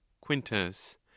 Quintus